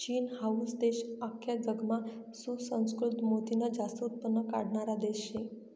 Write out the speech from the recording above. चीन हाऊ देश आख्खा जगमा सुसंस्कृत मोतीनं जास्त उत्पन्न काढणारा देश शे